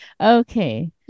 Okay